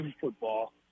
football